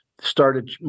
started